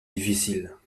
difficiles